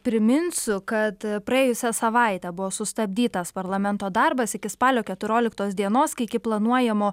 priminsiu kad praėjusią savaitę buvo sustabdytas parlamento darbas iki spalio keturioliktos dienos kai iki planuojamo